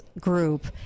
group